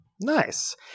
Nice